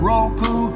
Roku